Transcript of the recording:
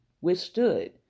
withstood